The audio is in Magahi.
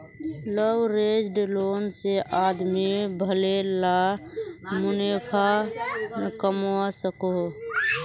लवरेज्ड लोन से आदमी भले ला मुनाफ़ा कमवा सकोहो